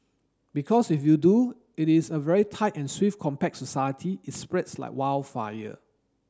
because if you do it is a very tight and swift compact society it's spreads like wild fire